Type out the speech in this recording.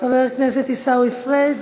חבר הכנסת עיסאווי פריג',